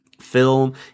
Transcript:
film